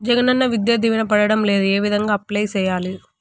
జగనన్న విద్యా దీవెన పడడం లేదు ఏ విధంగా అప్లై సేయాలి